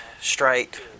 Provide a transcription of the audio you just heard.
straight